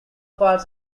parts